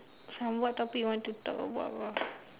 so what topic you want to talk about ah